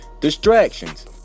distractions